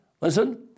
listen